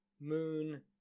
moon